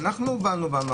אנחנו הובלנו.